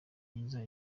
myiza